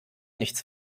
nichts